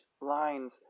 lines